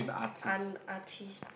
an artist